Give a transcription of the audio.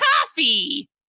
coffee